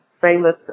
famous